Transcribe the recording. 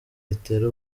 itera